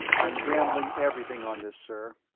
i'm gambling everything on this, sir.